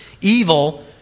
evil